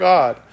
God